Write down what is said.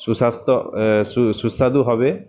সুস্বাস্থ্য সুস্বাদু হবে